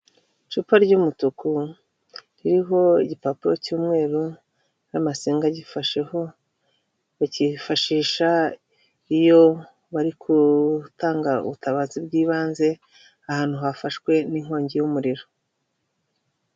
Icupa ry'umutuku ririho igipapuro cy'umweru n'amasenga agifasheho bakifashisha iyo bari gutanga ubutabazi bw'ibanze ahantu hafashwe n'inkongi y'umuriro.